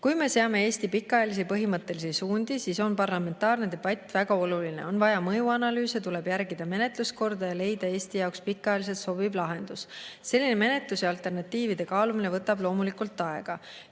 "Kui me seame Eesti pikaajalisi põhimõttelisi suundi, siis on parlamentaarne debatt väga oluline, on vaja mõjuanalüüse, tuleb järgida menetluskorda ja leida Eesti jaoks pikaajaliselt sobiv lahendus. Selline menetlus ja alternatiivide kaalumine võtab loomulikult aega.